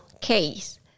case